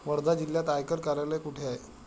वर्धा जिल्ह्यात आयकर कार्यालय कुठे आहे?